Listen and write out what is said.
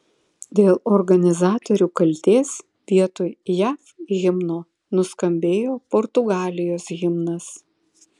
dėl organizatorių kaltės vietoj jav himno nuskambėjo portugalijos himnas